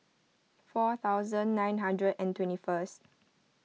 four thousand nine hundred and twenty first